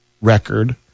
record